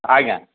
ଆଜ୍ଞା